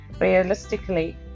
Realistically